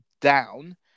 down